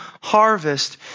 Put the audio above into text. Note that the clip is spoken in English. harvest